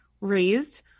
raised